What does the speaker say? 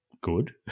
good